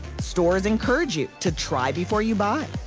stores encourage you to try before you buy.